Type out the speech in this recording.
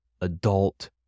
adult